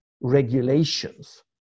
regulations